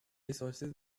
resources